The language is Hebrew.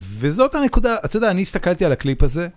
וזאת הנקודה, אתה יודע אני הסתכלתי על הקליפ הזה